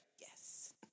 Yes